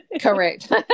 Correct